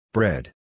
Bread